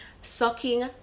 sucking